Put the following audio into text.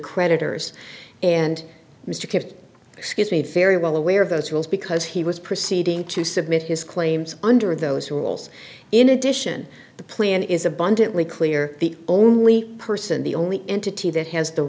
creditors and mr kim excuse me very well aware of those rules because he was proceeding to submit his claims under those rules in addition the plan is abundantly clear the only person the only entity that has the